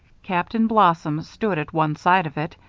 captain blossom stood at one side of it,